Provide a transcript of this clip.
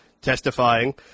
Testifying